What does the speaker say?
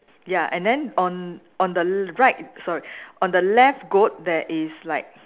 ya and then on on the l~ right sorry on the left goat there is like